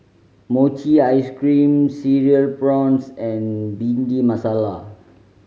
mochi ice cream Cereal Prawns and Bhindi Masala